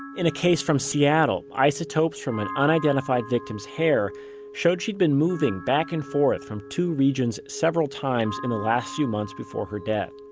in a case from seattle, isotopes from an unidentified victim's hair showed she had been moving back and forth from two regions several times in last few months before her death.